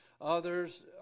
Others